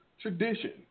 tradition